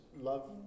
love